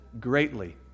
greatly